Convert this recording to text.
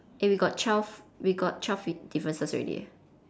eh we got twelve we got twelve differences already eh